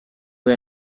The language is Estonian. või